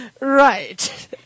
right